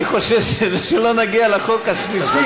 אני חושש שלא נגיע לחוק השלישי,